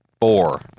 Four